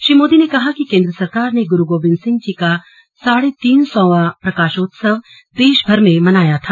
श्री मोदी ने कहा कि केन्द्र सरकार ने गुरु गोबिंद सिंह जी का साढ़े तीन सौवां प्रकाशोत्सकव देश भर में मनाया था